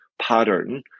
pattern